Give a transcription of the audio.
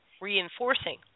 reinforcing